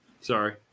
Sorry